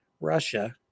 Russia